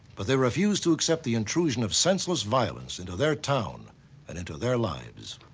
but they refuse to accept the intrusion of senseless violence into their town and into their lives.